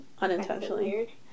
Unintentionally